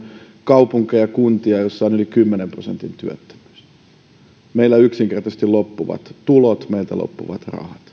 kaupunkeja ja kuntia joissa on yli kymmenen prosentin työttömyys meiltä yksinkertaisesti loppuvat tulot meiltä loppuvat